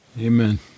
Amen